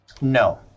No